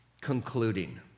concluding